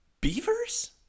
beavers